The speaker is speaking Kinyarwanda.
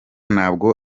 ntabwo